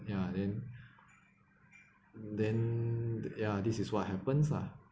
ya then then ya this is what happens lah